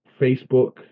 Facebook